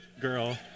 girl